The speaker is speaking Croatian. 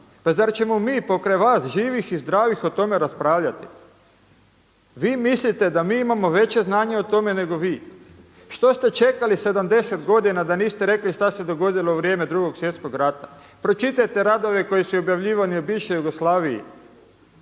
Pa zar ćemo mi pokraj vas živih i zdravih o tome raspravljati? Vi mislite da mi imamo veće znanje o tome nego vi? Što ste čekali 70 godina da niste rekli šta se dogodilo u vrijeme 2. Svjetskog rata? Pročitajte radove koji su i objavljivani u bivšoj Jugoslaviji.